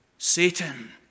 Satan